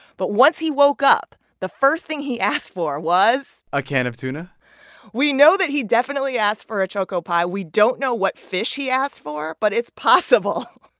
but once he woke up, the first thing he asked for was. a can of tuna we know that he definitely asked for a choco pie. we don't know what fish he asked for, but it's possible.